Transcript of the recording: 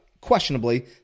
questionably